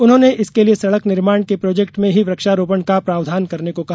उन्होंने इसके लिये सड़क निर्माण के प्रोजेक्ट में ही वृक्षारोपण का प्रावधान करने को कहा